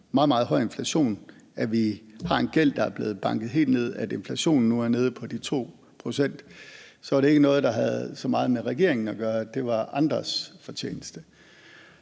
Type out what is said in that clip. meget høj inflation – har en gæld, der er blevet banket helt ned, og at inflationen er nede på de 2 pct., ikke var noget, der havde så meget med regeringen at gøre; det var andres fortjeneste.